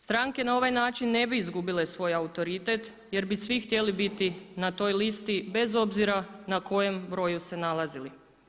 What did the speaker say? Stranke na ovaj način ne bi izgubile svoj autoritet jer bi svi htjeli biti na toj listi bez obzira na kojem broju se nalazili.